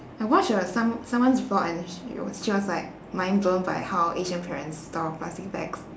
I watched uh some~ someone's vlog and then she was she was like mindblown by how asian parents store plastic bags